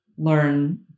learn